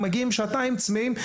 הם מגיעים שעתיים צמאים,